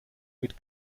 mit